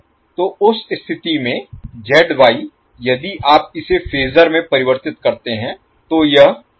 तो उस स्थिति में यदि आप इसे फेजर में परिवर्तित करते हैं तो यह होगा